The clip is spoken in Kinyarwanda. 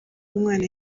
umwana